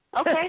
Okay